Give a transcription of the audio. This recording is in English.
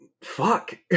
fuck